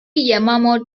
yamamoto